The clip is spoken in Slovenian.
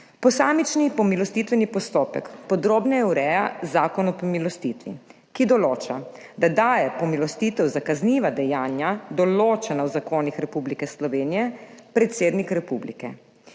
Posamični pomilostitveni postopek podrobneje ureja Zakon o pomilostitvi, ki določa, da daje pomilostitev za kazniva dejanja določena v zakonih Republike Slovenije predsednik republike.